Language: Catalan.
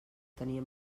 tenia